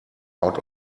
out